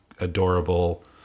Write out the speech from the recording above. adorable